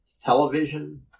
television